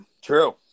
True